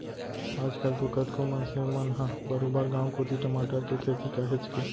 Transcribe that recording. आज कल तो कतको मनसे मन ह बरोबर गांव कोती टमाटर के खेती काहेच के